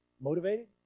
Motivated